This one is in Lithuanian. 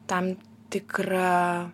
tam tikrą